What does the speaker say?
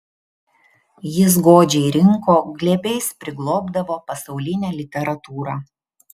jis godžiai rinko glėbiais priglobdavo pasaulinę literatūrą